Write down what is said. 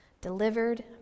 Delivered